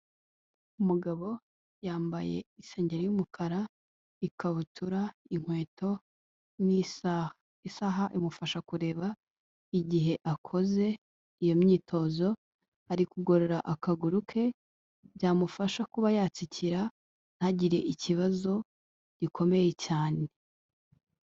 Umugabo yambaye isengeri y'umukara, ikabutura, inkweto n'isaha. Isaha imufasha kureba igihe akoze iyo myitozo, ari kugorora akaguru ke byamufasha kuba yatsikira ntagire ikibazo gikomeye cyane.